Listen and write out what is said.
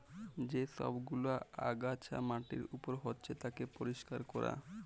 যে সব গুলা আগাছা মাটির উপর হচ্যে তাকে পরিষ্কার ক্যরা